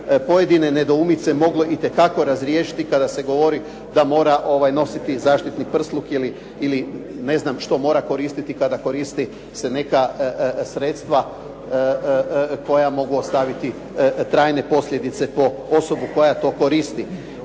pojedine nedoumice itekako moglo razriješiti kada se govori da mora nositi zaštitni prsluk ili ne znam što mora koristiti kada koristi se neka sredstva koja mogu ostaviti trajne posljedice po osobu koja to koristi,